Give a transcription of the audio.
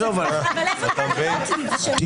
הצבעה מס' 7 בעד ההסתייגות 5 נגד,